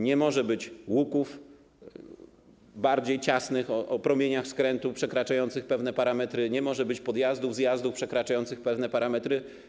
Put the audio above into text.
Nie może być łuków, bardziej ciasnych, o promieniach skrętu przekraczających pewne parametry, nie może być podjazdów, zjazdów przekraczających pewne parametry.